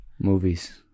Movies